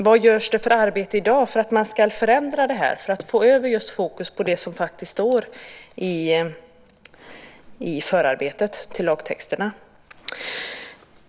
Vilket arbete görs i dag för att man ska förändra det här och för att få över fokus på det som faktiskt står i förarbetena till lagtexterna?